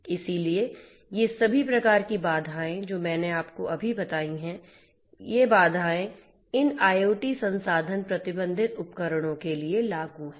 इसलिए ये सभी प्रकार की बाधाएँ जो मैंने अभी आपको बताई हैं इसलिए ये बाधाएँ इन IoT संसाधन प्रतिबंधित उपकरणों के लिए लागू हैं